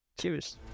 Cheers